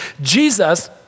Jesus